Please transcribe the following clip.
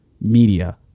media